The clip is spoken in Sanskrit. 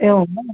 एवं वा